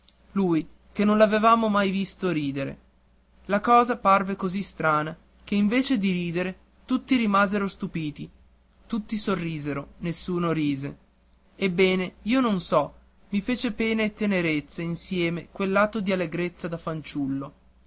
lui che non l'avevamo mai visto ridere la cosa parve così strana che invece di ridere tutti rimasero stupiti tutti sorrisero nessuno rise ebbene non so mi fece pena e tenerezza insieme quell'atto di allegrezza da fanciullo